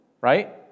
right